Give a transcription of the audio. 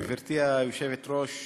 גברתי היושבת-ראש,